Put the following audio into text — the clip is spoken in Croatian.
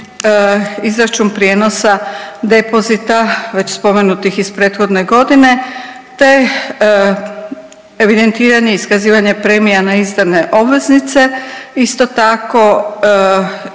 izračun prijenosa depozita već spomenutih iz prethodne godine, te evidentiranje i iskazivanje premija na izdane obveznice. Isto tako